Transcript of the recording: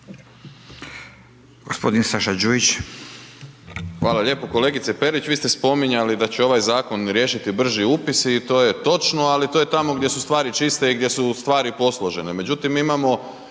gospodin Saša Đujić